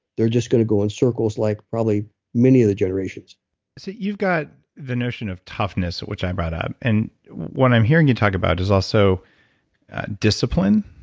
they're just going to go in circles like probably many of the generations so you've got the notion of toughness, which i brought up, and what i'm hearing you talk about is also a discipline,